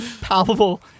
Palpable